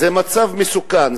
זה מצב מסוכן.